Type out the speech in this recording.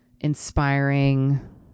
inspiring